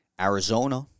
Arizona